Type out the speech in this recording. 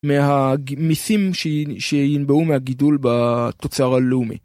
מהמיסים שינבעו מהגידול בתוצר הלאומי.